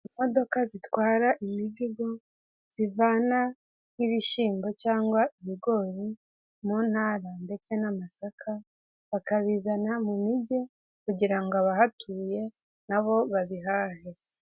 Imodoka zitwara imizigo zivana nk'ibishyimbo cyangwa ibigori mu ntara ndetse n'amasaka, bakabizana mu mijyi kugira ngo abahatuye na bo babihahe.